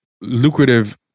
lucrative